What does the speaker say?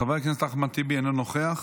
חבר הכנסת אחמד טיבי, אינו נוכח,